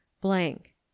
blank